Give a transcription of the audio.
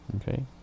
Okay